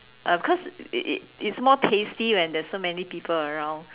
uh because it it it's more tasty when there's so many people around